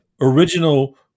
original